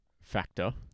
factor